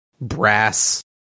brass